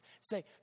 say